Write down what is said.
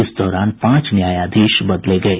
इस दौरान पांच न्यायाधीश बदले गये